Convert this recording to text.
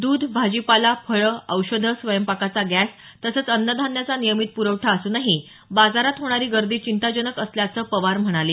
द्ध भाजीपाला फळं औषधं स्वयंपाकाचा गॅस तसंच अन्नधान्याचा नियमित पुरवठा असूनही बाजारात होणारी गर्दी चिंताजनक असल्याचं पवार म्हणाले